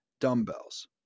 dumbbells